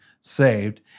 saved